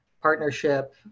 partnership